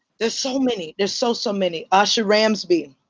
there's so many. there's so, so many. asha ransby.